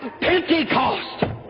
Pentecost